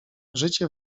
życie